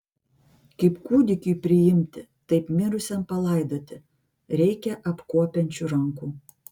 kaip kūdikiui priimti taip mirusiam palaidoti reikia apkuopiančių rankų